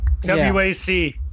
wac